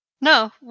No